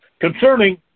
concerning